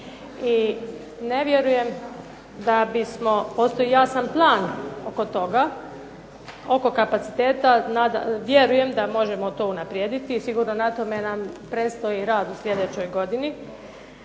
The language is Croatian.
I ne vjerujem da bismo postoji jasan plan oko toga oko kapaciteta, vjerujem da to možemo to unaprijediti. Sigurno nam na tome predstoji rad u sljedećoj godini.